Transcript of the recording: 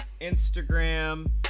Instagram